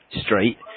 straight